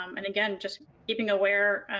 um and again, just keeping aware.